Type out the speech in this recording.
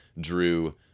drew